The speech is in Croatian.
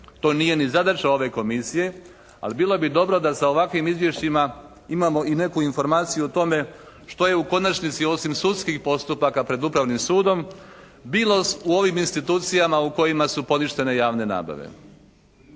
To nije ni zadaća ove komisije, ali bilo bi dobro da sa ovakvim izvješćima imamo i neku informaciju o tome što je u konačnici osim sudskih postupaka pred Upravnim sudom bilo u ovim institucijama u kojima su poništene javne nabave.